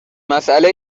مساله